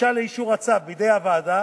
הדרישה לאישור הצו בידי הוועדה